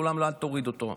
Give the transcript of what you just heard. לעולם אל תוריד אותו.